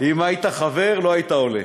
אם היית חבר, לא היית עולה.